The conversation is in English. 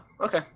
Okay